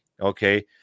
Okay